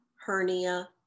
hernia